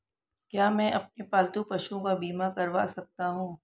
क्या मैं अपने पालतू पशुओं का बीमा करवा सकता हूं?